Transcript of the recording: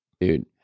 Dude